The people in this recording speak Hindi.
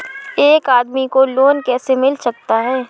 एक आदमी को लोन कैसे मिल सकता है?